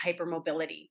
hypermobility